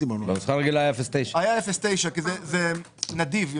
בנוסחה הרגילה היה 0.9. היה 0.9. המקדם הזה נדיב יותר.